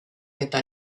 eta